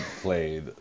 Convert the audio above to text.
played